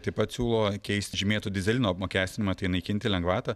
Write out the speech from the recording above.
taip pat siūlo keisti žymėto dyzelino apmokestinimą tai naikinti lengvatą